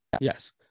yes